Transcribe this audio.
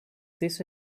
this